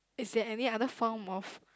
is there any other form of